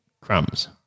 crumbs